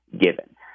given